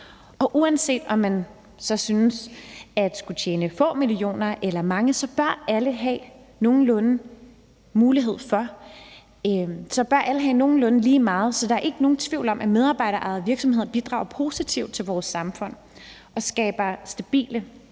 Og uanset om man synes, at man skal tjene få millioner eller mange, bør alle have nogenlunde lige meget. For der er ikke nogen tvivl om, at medarbejderejede virksomheder bidrager positivt til vores samfund. Det skaber stabile